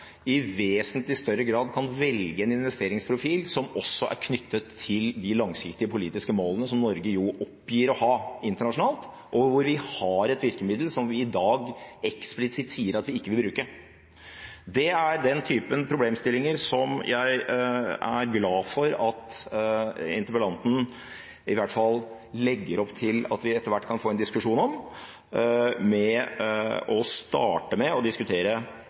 i vesentlig større grad kan velge en investeringsprofil som også er knyttet til de langsiktige politiske målene som Norge oppgir å ha internasjonalt, og hvor vi har et virkemiddel som vi i dag eksplisitt sier at vi ikke vil bruke. Det er den typen problemstillinger som jeg er glad for at interpellanten i hvert fall legger opp til at vi etter hvert kan få en diskusjon om, med å starte med å diskutere